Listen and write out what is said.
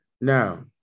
Now